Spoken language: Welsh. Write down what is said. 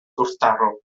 gwrthdaro